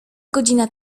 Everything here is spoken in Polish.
godzina